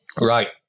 Right